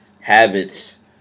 Habits